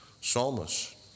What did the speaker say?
psalmist